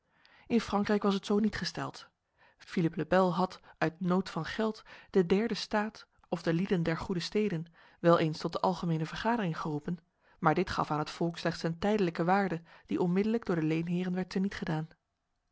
in frankrijk was het zo niet gesteld philippe le bel had uit nood van geld de derde staat of de lieden der goede steden wel eens tot de algemene vergadering geroepen maar dit gaf aan het volk slechts een tijdelijke waarde die onmiddellijk door de leenheren werd tenietgedaan